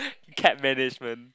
cat management